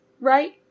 Right